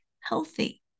healthy